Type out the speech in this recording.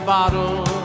bottle